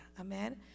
Amen